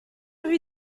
rue